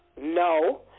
No